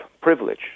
privilege